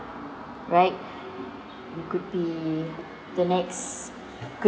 right you could be the next